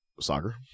Soccer